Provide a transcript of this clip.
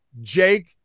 Jake